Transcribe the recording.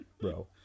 bro